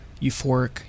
euphoric